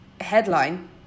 headline